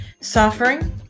suffering